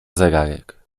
zegarek